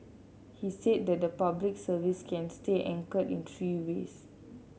he said that the Public Service can stay anchored in three ways